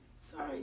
sorry